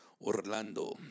Orlando